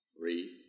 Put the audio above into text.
three